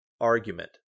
argument